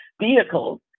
vehicles